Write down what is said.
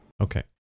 okay